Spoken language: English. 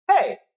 hey